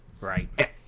Right